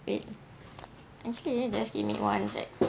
wait actually you just give me one sec